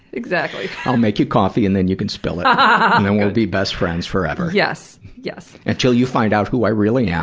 i'll make you coffee and then you can spill it, um ah and then we'll be best friends forever. yes, yes. until you find out who i really yeah